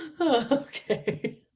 Okay